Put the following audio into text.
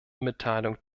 mitteilung